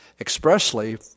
expressly